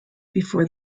before